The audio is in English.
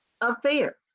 affairs